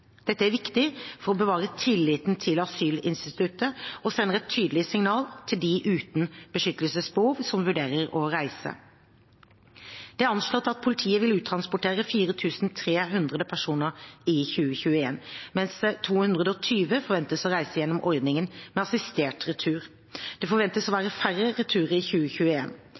Dette er viktig for å bevare tilliten til asylinstituttet og sender et tydelig signal til de uten beskyttelsesbehov som vurderer å reise. Det er anslått at politiet vil uttransportere 4 300 personer i 2021, mens 220 forventes å reise gjennom ordningen med assistert retur. Det forventes å være færre returer i